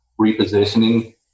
repositioning